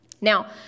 Now